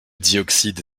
dioxyde